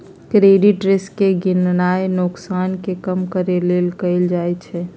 credit risk के गीणनाइ नोकसान के कम करेके लेल कएल जाइ छइ